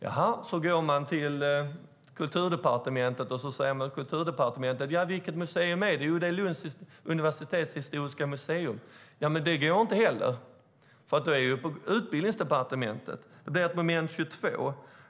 När de går till Kulturdepartementet går det inte heller, utan där säger man: Lunds historiska museum hör ju till Utbildningsdepartementet. Det blir ett moment 22.